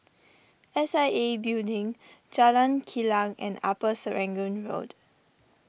S I A Building Jalan Kilang and Upper Serangoon Road